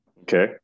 Okay